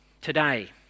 today